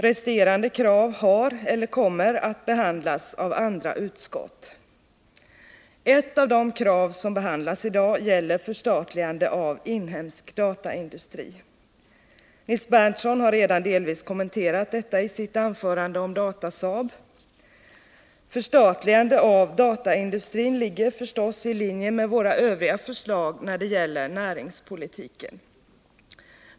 Resterande krav har behandlats eller kommer att behandlas av andra utskott. Ett av de krav som behandlas i dag gäller förstatligande av inhemsk dataindustri. Nils Berndtson har redan delvis kommenterat detta i sitt anförande om Datasaab. Förstatligande av dataindustrin ligger förstås i linje med våra övriga förslag när det gäller näringspolitiken.